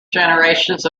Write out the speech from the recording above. generations